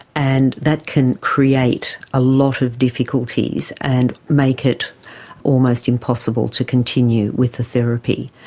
and that can create a lot of difficulties and make it almost impossible to continue with the therapy.